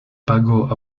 pagó